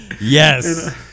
Yes